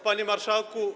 Panie Marszałku!